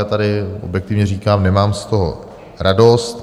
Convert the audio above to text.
Tady objektivně říkám, nemám z toho radost.